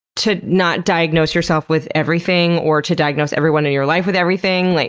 to not diagnose yourself with everything, or to diagnose everyone in your life with everything? like